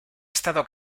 estado